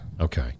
Okay